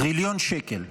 טריליון שקל,